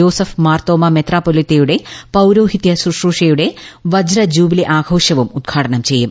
Joseph Marthoma മെത്രാപ്പോലിത്തയുടെ പൌരോഹിത്യ ശുശ്രൂഷയുടെ വജ്രജൂബിലി ആഘോഷവും ഉദ്ഘാടനം ചെയ്യും